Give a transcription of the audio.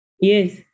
Yes